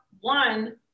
one